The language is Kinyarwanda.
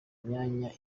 imyanya